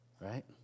right